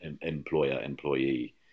employer-employee